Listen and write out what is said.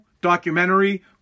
documentary